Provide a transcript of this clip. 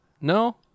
no